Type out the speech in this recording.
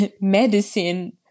medicine